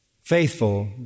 faithful